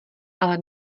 ale